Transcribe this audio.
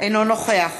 אינו נוכח